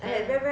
a'ah